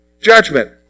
Judgment